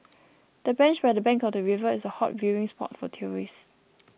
the bench by the bank of the river is a hot viewing spot for tourists